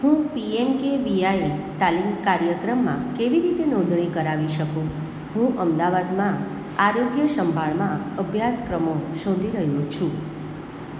હું પીએમકેવીઆઈ તાલીમ કાર્યક્રમમાં કેવી રીતે નોંધણી કરાવી શકું હું અમદાવાદમાં આરોગ્ય સંભાળમાં અભ્યાસક્રમો શોધી રહ્યો છું